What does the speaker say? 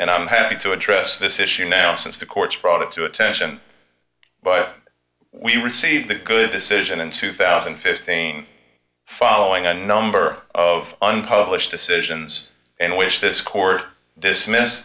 and i'm happy to address this issue now since the courts brought it to attention but we received a good decision in two thousand and fifteen following a number of unpublished decisions in which this court dismissed